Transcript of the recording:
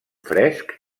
fresc